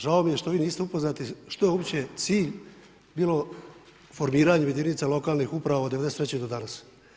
Žao mi je što vi niste upoznati što je uopće cilj bilo formiranja jedinica lokalnih uprava od '93. do danas.